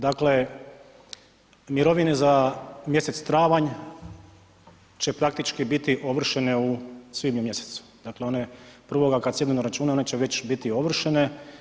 Dakle, mirovine za mjesec travanj će praktički biti ovršene u svibnju mjesecu, dakle one prvoga kada sjednu na račune one će već biti ovršene.